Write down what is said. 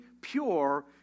pure